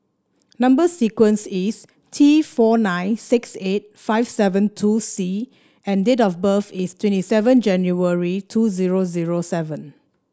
number sequence is T four nine six eight five seven two C and date of birth is twenty seven January two zero zero seven